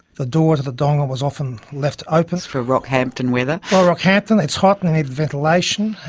the door to the donga was often left open. for rockhampton weather? for rockhampton, it's hot and and ventilation,